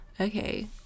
Okay